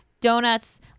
donuts